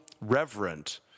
reverent